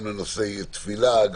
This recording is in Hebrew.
גם לנושאי תפילה,